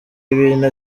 ibintu